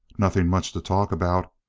nothing much to talk about.